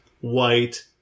white